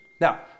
Now